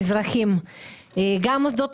אדוני היושב-ראש,